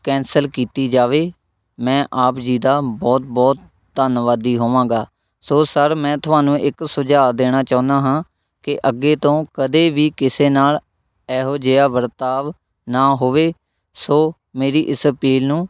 cancel ਕੀਤੀ ਜਾਵੇ ਮੈਂ ਆਪ ਜੀ ਦਾ ਬਹੁਤ ਬਹੁਤ ਧੰਨਵਾਦੀ ਹੋਵਾਂਗਾ ਸੋ ਸਰ ਮੈਂ ਤੁਹਾਨੂੰ ਇੱਕ ਸੁਝਾਅ ਦੇਣਾ ਚਾਹੁੰਦਾ ਹਾਂ ਕਿ ਅੱਗੇ ਤੋਂ ਕਦੇ ਵੀ ਕਿਸੇ ਨਾਲ਼ ਇਹੋ ਜਿਹਾ ਵਰਤਾਵ ਨਾ ਹੋਵੇ ਸੋ ਮੇਰੀ ਇਸ ਅਪੀਲ ਨੂੰ